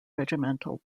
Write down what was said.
regimental